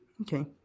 Okay